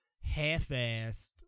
half-assed